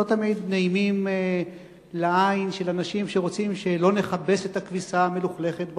לא תמיד נעימים לעין של אנשים שרוצים שלא נכבס את הכביסה המלוכלכת בחוץ,